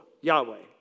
Yahweh